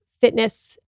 fitness